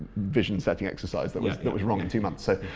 vision setting exercise that was that was wrong in two months, ah